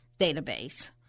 database